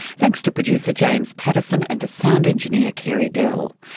thanks to producer james pattison and to sound engineer carey dell.